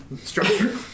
structure